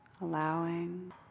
Allowing